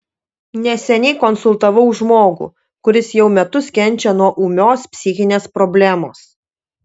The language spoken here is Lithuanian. neseniai konsultavau žmogų kuris jau metus kenčia nuo ūmios psichinės problemos